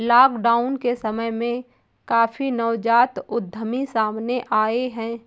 lockdown के समय में काफी नवजात उद्यमी सामने आए हैं